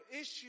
issue